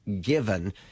given